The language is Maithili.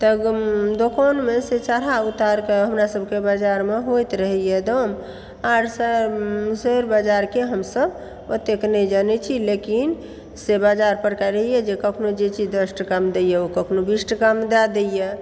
तऽ दोकानमे से चढ़ाव उतार के हमरा सभके बाजारमे होइत रहैया दाम आर सब शेयर बाजारके हमसब ओतेक नहि जनै छी लेकिन शेयर बाजार पर रहैया कखनो कम दैया कखनो बीस टकामे दै दैया